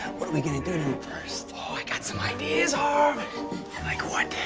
what are gonna do to him first? oh i got some ideas harv like what?